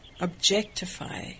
objectify